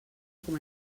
com